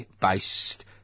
based